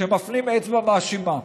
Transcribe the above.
שמפנים אצבע מאשימה.